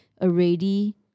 already